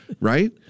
Right